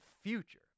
future